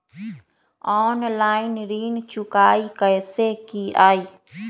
Online ऋण चुकाई कईसे की ञाई?